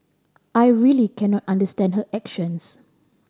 I really cannot understand her actions